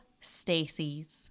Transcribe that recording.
Stacey's